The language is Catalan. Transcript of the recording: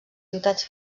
ciutats